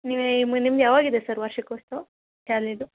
ನೀವೇ ಮು ನಿಮ್ದು ಯಾವಾಗ ಇದೆ ಸರ್ ವಾರ್ಷಿಕೋತ್ಸವ ಶಾಲೆದು